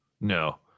no